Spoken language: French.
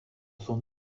son